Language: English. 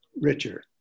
richer